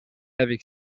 avec